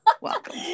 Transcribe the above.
welcome